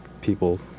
people